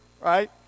right